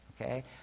Okay